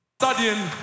Studying